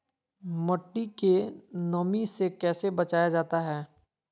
मट्टी के नमी से कैसे बचाया जाता हैं?